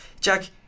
Jack